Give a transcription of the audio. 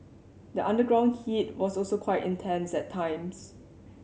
the underground heat was also quite intense at times